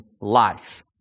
life